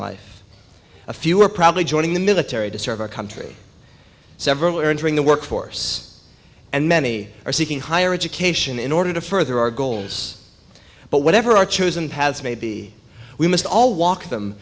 life a few are probably joining the military to serve our country several entering the workforce and many are seeking higher education in order to further our goals but whatever our chosen paths may be we must all